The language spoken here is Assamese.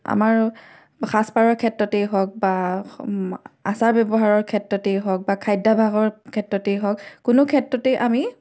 আমাৰ সাজপাৰৰ ক্ষেত্ৰতেই হওক বা আচাৰ ব্যৱহাৰৰ ক্ষেত্ৰতেই হওক বা খাদ্যাভ্যাসৰ ক্ষেত্ৰতেই হওক কোনো ক্ষেত্ৰতেই আমি